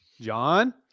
John